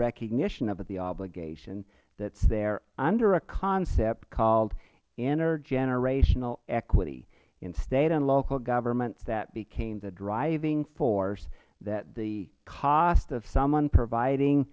recognition of the obligation that is there under a concept called intergenerational equity in state and local governments that became the driving force that the cost of someone providing